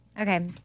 Okay